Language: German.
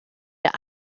der